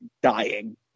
dying